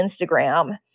Instagram